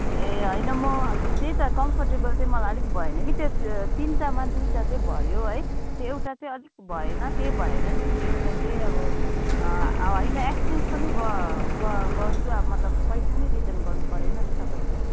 ए होइन म त्यही त कम्फोर्टेबल चाहिँ मलाई अलिक भएन कि त्यो तिनवटामा दुइटा चाहिँ भयो है त्यो एउटा चाहिँ अलिक भएन त्यही भएर नि त्यो एउटा चाहिँ अब अब होइन एक्स्चेन्ज पनि गर् गर् गर्छु अब मतलब पैसा नै रिटर्न गर्नु परेन नि तपईँहरूले